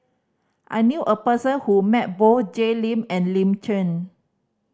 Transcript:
I knew a person who met both Jay Lim and Lin Chen